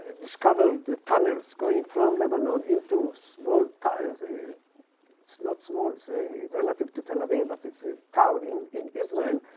and discovered the tunnels going from lebanon into small towns it's it's not small, say, relative to tel aviv. but it's a town in in israel,